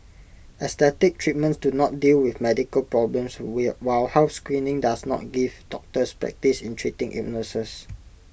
aesthetic treatments do not deal with medical problems will while health screening does not give doctors practice in treating illnesses